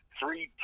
three